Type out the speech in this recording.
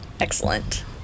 Excellent